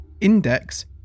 index